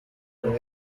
ubu